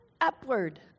upward